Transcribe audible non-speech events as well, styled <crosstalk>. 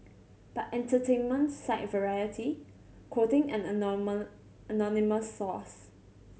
but entertainment site Variety quoting an <unintelligible> anonymous source